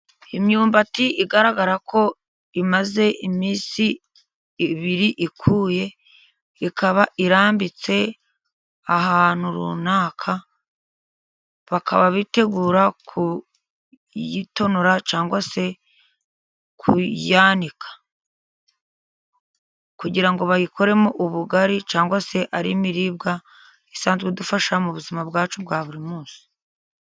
Imyumbati igaragara ko imaze iminsi ibiri ikuye, ikaba irambitse ahantu runaka, bakaba bitegura kuyitonora cyangwa se kuyanika, kugira ngo bayikoremo ubugari cyangwa se ari imiribwa, isanzwe idufasha mu buzima bwacu bwa buri munsi.